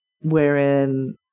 Wherein